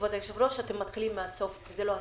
כבוד היושב-ראש, אתם מתחילים מהסוף, וזה לא הסדר.